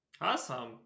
Awesome